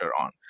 on